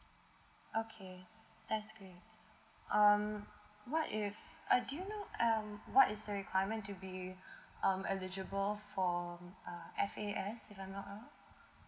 okay that's great um what if uh do you know um what is the requirement to be um eligible from uh F_A_S if I'm not wrong